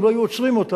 אם לא היו עוצרים אותה,